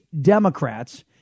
Democrats